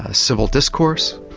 ah civil discourse,